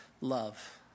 love